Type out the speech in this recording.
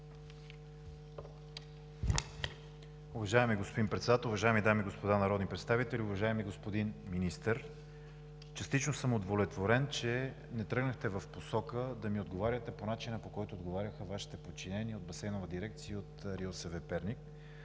Уважаеми господин Председател, уважаеми дами и господа народни представители! Уважаеми господин Министър, частично съм удовлетворен, че не тръгнахте в посока да ми отговаряте по начина, по който отговаряха Вашите подчинени от Басейнова дирекция и от РИОСВ – Перник.